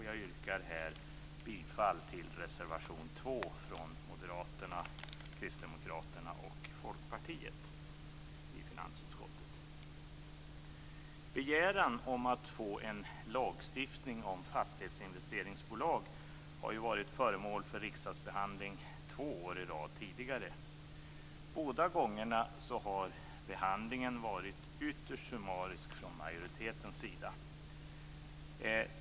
Jag yrkar här bifall till reservation 2 Begäran om att få en lagstiftning om fastighetsinvesteringsbolag har varit föremål för riksdagsbehandling två år i rad tidigare. Båda gångerna har behandlingen varit ytterst summarisk från majoritetens sida.